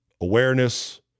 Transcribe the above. awareness